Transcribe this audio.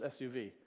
SUV